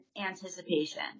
anticipation